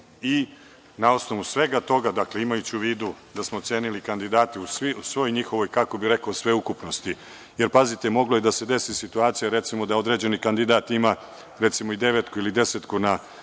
i na osnovu svega toga, dakle, imajući u vidu da smo ocenili kandidate u svoj njihovoj, kako bih rekao, sveukupnosti. Pazite, mogla je da se desi situacija, recimo, da određeni kandidat ima i devetku ili desetku na